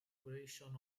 operation